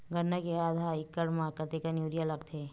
गन्ना के आधा एकड़ म कतेकन यूरिया लगथे?